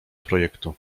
projektu